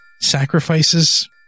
Sacrifices